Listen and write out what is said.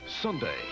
Sunday